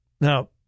now